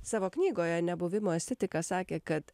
savo knygoje nebuvimo estetika sakė kad